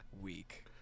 week